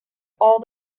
all